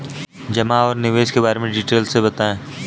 जमा और निवेश के बारे में डिटेल से बताएँ?